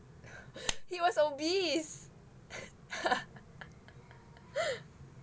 he was obese